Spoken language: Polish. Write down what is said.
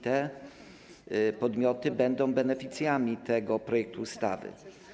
Te podmioty będą beneficjentami tego projektu ustawy.